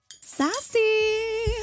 Sassy